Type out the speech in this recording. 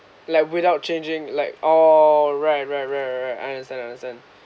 like without changing like oh right right right right right I understand I understand